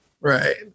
right